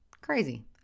Crazy